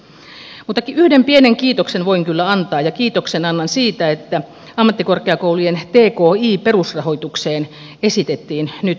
mutta yhden pienen kiitoksen voin kyllä antaa ja kiitoksen annan siitä että ammattikorkeakoulujen tki perusrahoitukseen esitettiin nyt rahaa